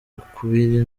ukubiri